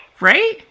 right